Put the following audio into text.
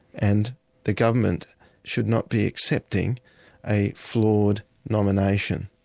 and the government should not be accepting a flawed nomination.